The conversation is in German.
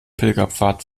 pilgerpfad